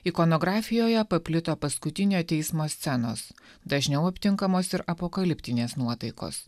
ikonografijoje paplito paskutinio teismo scenos dažniau aptinkamos ir apokaliptinės nuotaikos